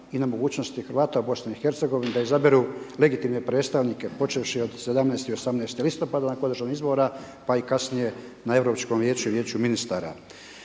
i na mogućnosti Hrvata u Bosni i Hercegovini da izaberu legitimne predstavnike, počevši od 17. i 18. listopada nakon održanih izbora, pa i kasnije na Europskom vijeću i Vijeću ministara.